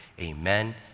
amen